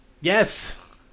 Yes